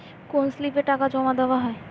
কোন স্লিপে টাকা জমাদেওয়া হয়?